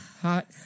hot